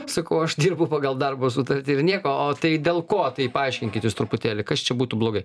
sakau aš dirbu pagal darbo sutartį ir nieko o tai dėl ko tai paaiškinkit jūs truputėlį kas čia būtų blogai